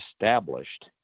established